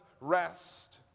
rest